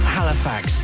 Halifax